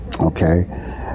okay